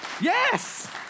Yes